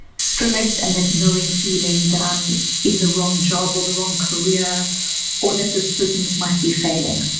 stress and that knowing, feeling that i'm in the wrong job or the wrong career or that this business might be failing.